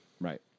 Right